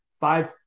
five